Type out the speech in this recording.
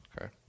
Okay